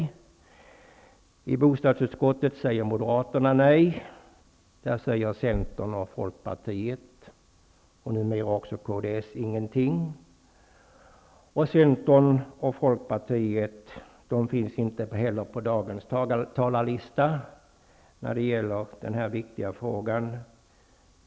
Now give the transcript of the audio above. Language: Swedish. Moderaterna i bostadsutskottet säger nej, och Centern, Folkpartiet och numera kds säger ingenting. Centern och Folkpartiet finns inte heller representerade på dagens talarlista i denna viktiga fråga.